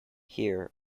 here